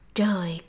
trời